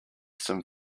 some